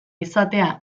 izatea